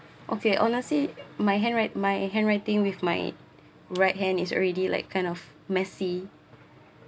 okay honestly my hand write my handwriting with my right hand is already like kind of messy